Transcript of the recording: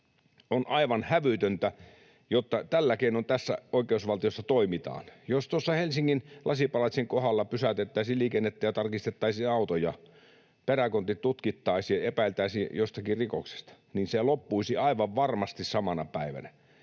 On aivan hävytöntä, että tällä keinoin tässä oikeusvaltiossa toimitaan. Jos tuossa Helsingin Lasipalatsin kohdalla pysäytettäisiin liikennettä ja tarkistettaisiin autoja, peräkontit tutkittaisiin, epäiltäisiin jostakin rikoksesta, niin se loppuisi aivan varmasti samana päivänä.